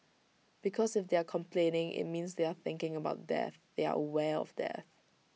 because if they are complaining IT means they are thinking about death they are aware of death